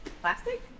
plastic